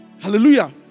hallelujah